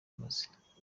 bahagaze